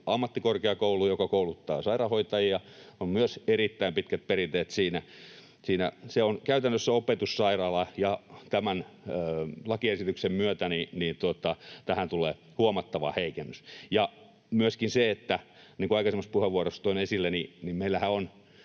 ammattikorkeakoulu, joka kouluttaa sairaanhoitajia, on myös erittäin pitkät perinteet siinä. Se on käytännössä opetussairaala, ja tämän lakiesityksen myötä tähän tulee huomattava heikennys. Ja aikaisemmassa puheenvuorossa toin esille